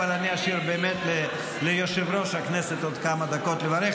אבל אני אשאיר ליושב-ראש הכנסת עוד כמה דקות לברך.